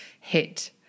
hit